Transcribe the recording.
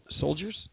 Soldiers